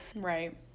Right